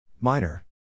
Minor